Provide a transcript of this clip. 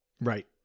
Right